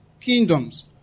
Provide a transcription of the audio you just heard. kingdoms